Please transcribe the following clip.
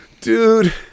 dude